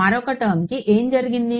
మరొక టెర్మ్కి ఎం జరిగింది